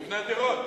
תבנה דירות.